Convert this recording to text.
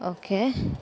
okay